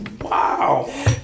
wow